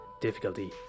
difficulty